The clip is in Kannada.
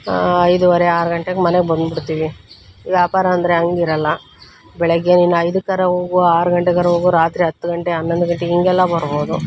ಐದೂವರೆ ಆರು ಗಂಟೆಗೆ ಮನೆಗೆ ಬಂದುಬಿಡ್ತೀವಿ ವ್ಯಾಪಾರ ಅಂದರೆ ಹಂಗಿರಲ್ಲ ಬೆಳಗ್ಗೆ ನೀನು ಐದಕ್ಕಾರ ಹೋಗು ಆರು ಗಂಟೆಗಾರ ಹೋಗು ರಾತ್ರಿ ಹತ್ತು ಗಂಟೆ ಹನ್ನೊಂದು ಗಂಟೆ ಹಿಂಗೆಲ್ಲ ಬರ್ಬೋದು